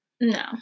No